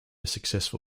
successful